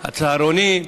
הצהרונים,